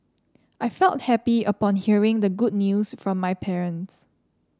I felt happy upon hearing the good news from my parents